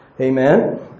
Amen